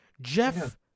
Jeff